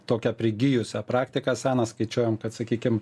tokią prigijusią praktiką seną skaičiuojam kad sakykim